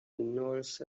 involves